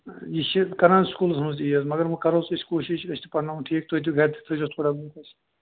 یہِ چھِ کران سکوٗلس منٛز تہِ یی مگر وۅنۍ کرہوس أسی کوٗشِش أسی پَرٕناوہون ٹھیٖک تُہۍ تہِ گَرِ تہِ تھٲوزِہوس تھوڑا بہُت حظ